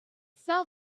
sell